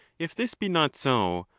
if this be not so,